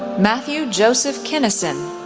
matthew joseph kinnison,